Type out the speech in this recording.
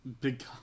Big